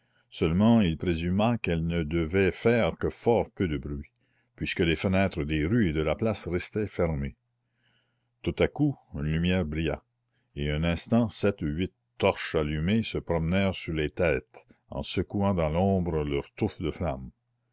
seulement il présuma qu'elle ne devait faire que fort peu de bruit puisque les fenêtres des rues et de la place restaient fermées tout à coup une lumière brilla et en un instant sept ou huit torches allumées se promenèrent sur les têtes en secouant dans l'ombre leurs touffes de flammes